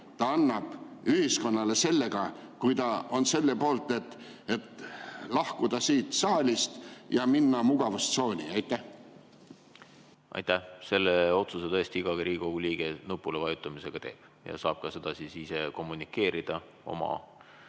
ta annab ühiskonnale sellega, kui ta on selle poolt, et lahkuda siit saalist ja minna mugavustsooni. Aitäh! Selle otsuse tõesti iga Riigikogu liige nupule vajutamisega teeb ja saab seda ka ise kommunikeerida oma